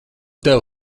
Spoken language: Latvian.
tev